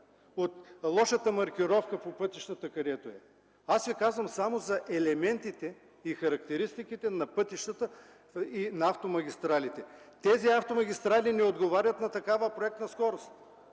от лошата маркировка по пътищата. Казвам Ви само за елементите и характеристиките на пътищата и на автомагистралите. Тези автомагистрали не отговарят на такава проектна скорост.